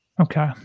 Okay